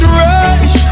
rush